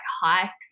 hikes